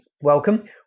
welcome